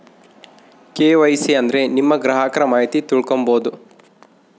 KYC ಅಂದ್ರೆ ನಿಮ್ಮ ಗ್ರಾಹಕರ ಮಾಹಿತಿ ತಿಳ್ಕೊಮ್ಬೋದು